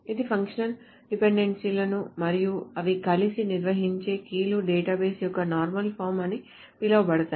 కాబట్టి ఫంక్షనల్ డిపెండెన్సీలు మరియు అవి కలిసి నిర్వచించే కీలు డేటాబేస్ యొక్క నార్మల్ ఫార్మ్స్ అని పిలువబడతాయి